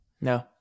No